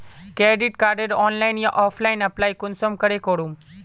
Credit कार्डेर online या offline apply कुंसम करे करूम?